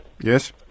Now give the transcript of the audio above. Yes